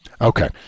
Okay